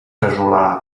casolà